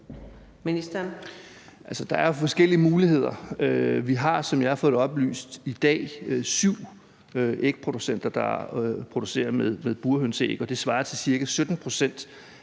Jensen): Der er jo forskellige muligheder. Vi har, som jeg har fået det oplyst, i dag syv ægproducenter, der producerer burhønseæg, og det svarer til ca. 17 pct.